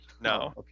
No